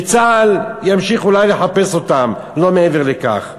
וצה"ל ימשיך אולי לחפש אותם, לא מעבר לכך.